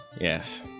Yes